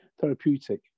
therapeutic